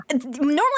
Normally